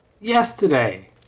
...Yesterday